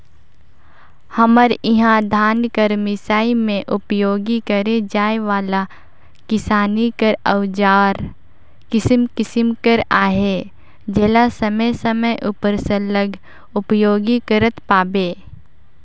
हमर इहा धान कर मिसई मे उपियोग करे जाए वाला किसानी कर अउजार किसिम किसिम कर अहे जेला समे समे उपर सरलग उपियोग करत पाबे